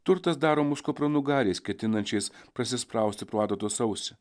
turtas daro mus kupranugariais ketinančiais prasisprausti pro adatos ausį